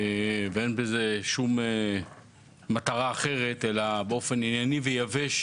ואין בזה שום מטרה אחרת אלא רק לציין מידע ענייני ויבש.